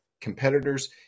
competitors